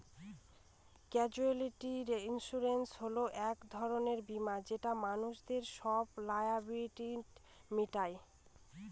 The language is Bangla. ক্যাসুয়ালিটি ইন্সুরেন্স হয় এক ধরনের বীমা যেটা মানুষদের সব লায়াবিলিটি মিটায়